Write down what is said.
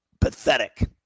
pathetic